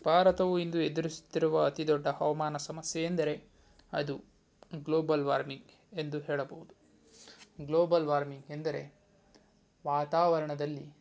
ಭಾರತವು ಇಂದು ಎದುರಿಸುತ್ತಿರುವ ಅತಿ ದೊಡ್ಡ ಹವಾಮಾನ ಸಮಸ್ಯೆ ಎಂದರೆ ಅದು ಗ್ಲೋಬಲ್ ವಾರ್ಮಿಂಗ್ ಎಂದು ಹೇಳಬಹುದು ಗ್ಲೋಬಲ್ ವಾರ್ಮಿಂಗ್ ಎಂದರೆ ವಾತಾವರಣದಲ್ಲಿ